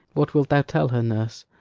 what wilt thou tell her, nurse?